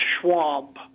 Schwab